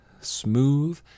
smooth